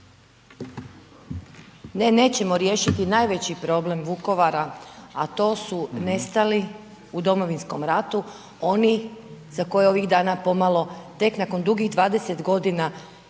Ne, nećemo riješiti najveći problem Vukovara, a to su nestali u Domovinskom ratu, oni za koje ovih dana pomalo, tek nakon dugih 20 godina